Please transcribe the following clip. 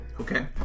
Okay